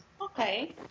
Okay